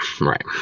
Right